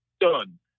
done